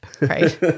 Right